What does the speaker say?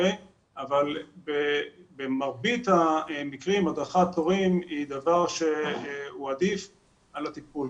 אבל במרבית המקרים הדרכת הורים היא דבר שהוא עדיף על הטיפול.